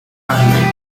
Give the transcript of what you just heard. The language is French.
arriver